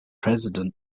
president